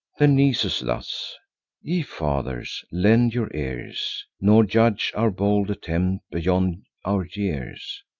then nisus thus ye fathers, lend your ears nor judge our bold attempt beyond our years.